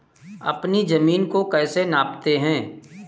अपनी जमीन को कैसे नापते हैं?